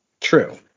True